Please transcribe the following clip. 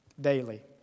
daily